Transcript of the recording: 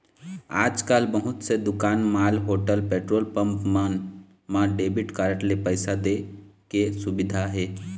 आजकाल बहुत से दुकान, मॉल, होटल, पेट्रोल पंप मन म डेबिट कारड ले पइसा दे के सुबिधा हे